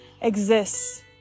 exists